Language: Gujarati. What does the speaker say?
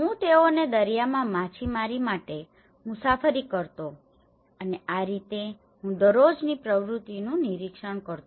હું તેઓને દરિયામાં માછીમારી માટે મુસાફરી કરતો હતો અને આ રીતે હું દરરોજની પ્રવૃત્તિઓનું નિરીક્ષણ કરતો